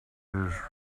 his